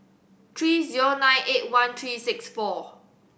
three zero nine eight one three six four